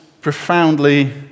profoundly